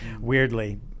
weirdly